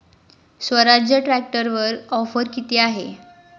स्वराज्य ट्रॅक्टरवर ऑफर किती आहे?